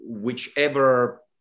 whichever